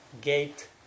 gate